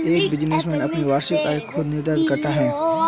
एक बिजनेसमैन अपनी वार्षिक आय खुद निर्धारित करता है